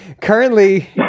Currently